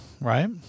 right